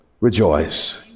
rejoice